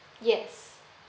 yes